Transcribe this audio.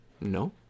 No